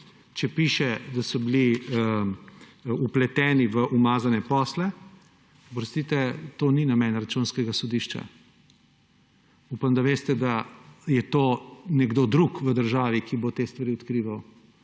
če piše, da so bili vpleteni v umazane posle – oprostite, to ni namen Računskega sodišča. Upam, da veste, da je to nekdo drug v državi, ki bo te stvari odkrival,